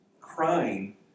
crying